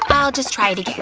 i'll just try it again.